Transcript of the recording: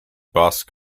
busk